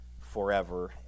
forever